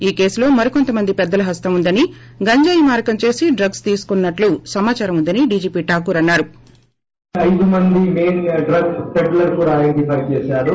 ఈ కేసులో మరికొంత మంది పెద్దల హస్తం ఉందనిగంజాయి మారకం చేసి డ్రగ్స్ తీసుకొస్తున్నట్లు సమాచారం ఉందని డీజీపీ ఠాకూర్ అన్నా రు